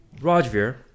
Rajvir